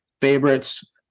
favorites